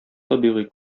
табигый